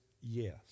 yes